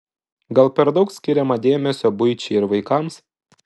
gal per daug skiriama dėmesio buičiai ir vaikams